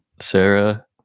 Sarah